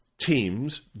teams